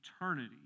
eternity